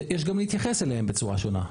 יש גם להתייחס אליהם בצורה שונה.